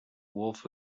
wolf